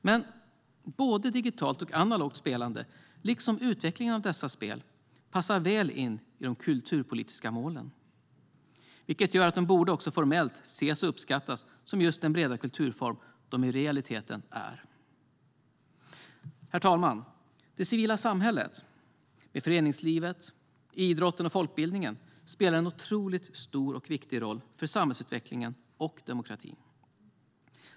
Men både digitalt och analogt spelande liksom utvecklingen av dessa spel passar väl in i de kulturpolitiska målen, vilket gör att de också formellt borde ses och uppskattas som den breda kulturform de i realiteten är. Herr talman! Det civila samhället, med föreningslivet, idrotten och folkbildningen, spelar en otroligt stor och viktig roll för samhällsutvecklingen och demokratin.